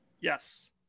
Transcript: Yes